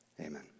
Amen